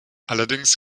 allerdings